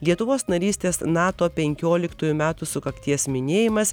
lietuvos narystės nato penkioliktųjų metų sukakties minėjimas